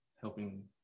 helping